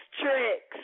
tricks